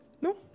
No